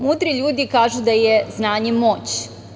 Mudri ljudi kažu da je znanje moć.